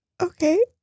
Okay